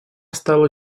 стала